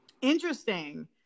Interesting